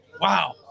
Wow